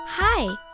Hi